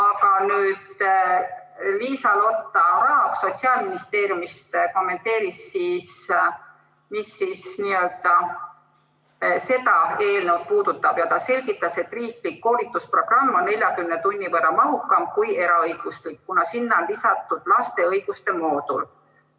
aga Liisa-Lotta Raag Sotsiaalministeeriumist kommenteeris, mis seda eelnõu puudutab. Ta selgitas, et riiklik koolitusprogramm on 40 tunni võrra mahukam kui eraõiguslik, kuna sinna on lisatud laste õiguste moodul.